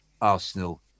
Arsenal